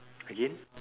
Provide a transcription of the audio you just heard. again